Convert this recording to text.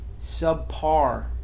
subpar